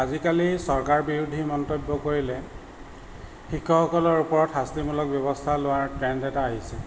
আজিকালি চৰকাৰ বিৰোধী মন্তব্য কৰিলে শিক্ষকসকলৰ ওপৰত শাস্তিমূলক ব্যৱস্থা লোৱাৰ ট্ৰেণ্ড এটা আহিছে